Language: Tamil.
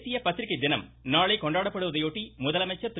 தேசிய பத்திரிக்கை தினம் நாளை கொண்டாடப்படுவதையொட்டி முதலமைச்சர் திரு